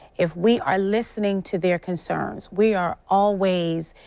if we are listening to their concerns we are always.